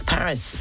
Paris